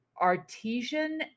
artesian